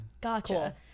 gotcha